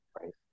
right